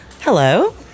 Hello